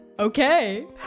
okay